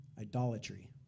Idolatry